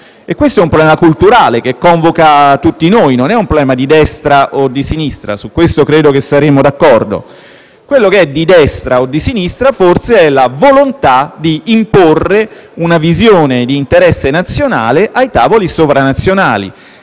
e questo è un problema culturale che convoca tutti noi; non è un problema di destra o di sinistra, su questo credo che saremo d'accordo. Quello che è di destra o di sinistra forse è la volontà di imporre una visione di interesse nazionale ai tavoli sovranazionali,